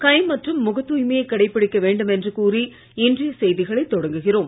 கை மற்றும் முகத் தூய்மையை கடைபிடிக்க வேண்டும் என்று கூறி இன்றைய செய்திகளை தொடங்குகிறோம்